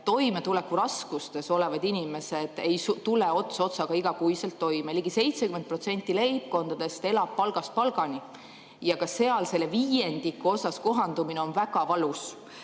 toimetulekuraskustes olevad inimesed ei tule ots otsaga igakuiselt toime. Ligi 70% leibkondadest elab palgast palgani ja ka seal selle viiendiku puhul kohandumine on väga valus.